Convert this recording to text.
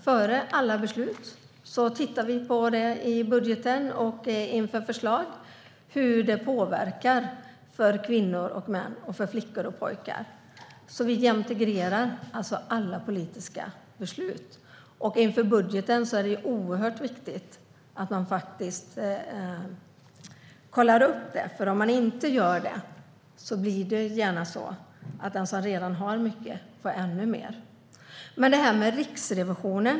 Före alla beslut tittar vi på hur jämställdheten för kvinnor och män, flickor och pojkar påverkas. Så vi jämtegrerar alla politiska beslut. Inför budgeten är det oerhört viktigt att man kollar upp det. Om man inte gör det blir det gärna så att den som redan har mycket får ännu mer.